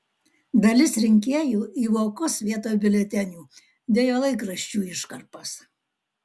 dalis rinkėjų į vokus vietoj biuletenių dėjo laikraščių iškarpas